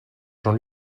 jean